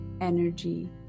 energy